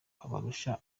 babarusha